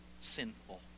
sinful